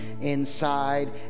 inside